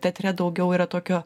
teatre daugiau yra tokio